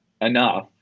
enough